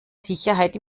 sicherheit